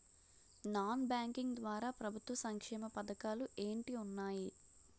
Non banking ద్వారా ప్రభుత్వ సంక్షేమ పథకాలు ఏంటి ఉన్నాయి?